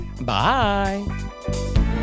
Bye